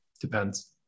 Depends